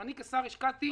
אני כשר השקעתי שעות.